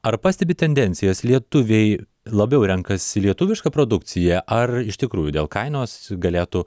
ar pastebite tendencijas lietuviai labiau renkasi lietuvišką produkciją ar iš tikrųjų dėl kainos galėtų